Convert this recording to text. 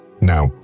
Now